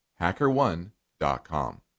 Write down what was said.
HackerOne.com